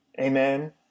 Amen